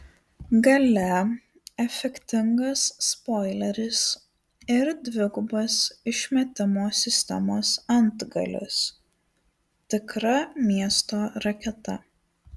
gale efektingas spoileris ir dvigubas išmetimo sistemos antgalis tikra miesto raketa